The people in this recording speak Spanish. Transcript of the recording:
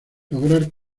lograr